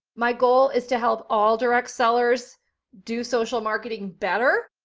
my goal is to help all direct sellers do social marketing better.